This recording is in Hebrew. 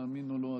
תאמין או לא,